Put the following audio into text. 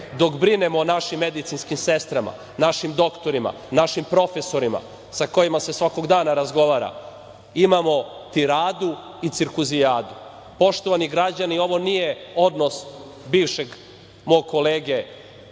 dok brinemo o našim medicinskim sestrama, našim doktorima, našim profesorima, sa kojima se svakog dana razgovara, imamo tiradu i cirkusijadu. Poštovani građani, ovo nije odnos bivšeg mog kolege